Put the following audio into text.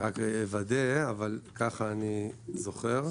ככה אני זוכר.